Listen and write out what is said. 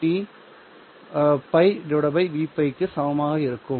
m π Vπ க்கு சமமாக இருக்கும்